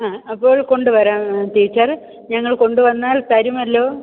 ആ അപ്പോൾ കൊണ്ട് വരാം ടീച്ചർ ഞങ്ങൾ കൊണ്ട് വന്നാൽ തരുമല്ലോ